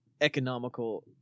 economical